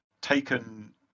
taken